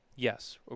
Yes